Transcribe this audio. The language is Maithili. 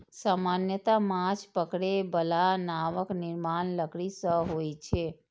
सामान्यतः माछ पकड़ै बला नावक निर्माण लकड़ी सं होइ छै